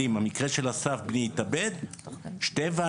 נגיד, השתחררו מטיפול נמרץ ורוצים פסיכיאטר